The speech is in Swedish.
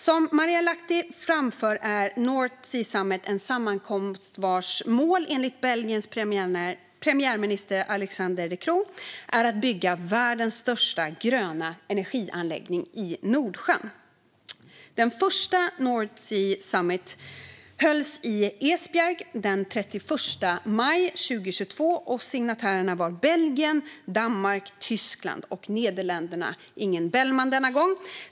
Som Marielle Lathi framför är North Sea Summit en sammankomst vars mål enligt Belgiens premiärminister Alexander De Croo är att bygga världens största gröna energianläggning i Nordsjön. Den första North Sea Summit hölls i Esbjerg den 31 maj 2022. Signatärerna var Belgien, Danmark, Tyskland och Nederländerna - ingen Bellman denna gång.